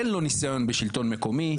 אין לו ניסיון בשלטון מקומי,